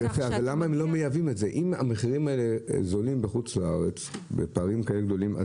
אבל אם המחירים האלה זולים בחו"ל בפערים כאלה גדולים,